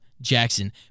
Jackson